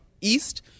East –